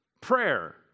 prayer